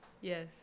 Yes